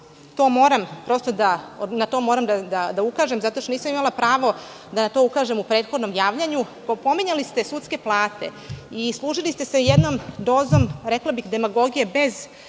ste, a na to moram da ukažem zato što nisam imala pravo da na to ukažem u prethodnom javljanju, pominjali ste sudske plate i služili ste se jednom dozom, rekla bih, demagogije, bez